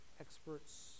Experts